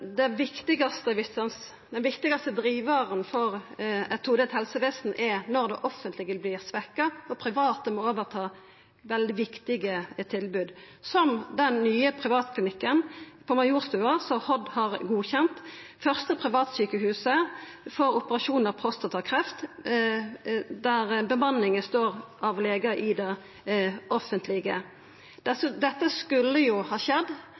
offentlege vert svekt og det private må overta veldig viktige tilbod, som den nye privatklinikken på Majorstua, som HOD har godkjent, det første privatsjukehuset for operasjon av prostatakreft, der bemanninga består av legar i det offentlege. Dette skulle jo ha skjedd